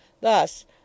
Thus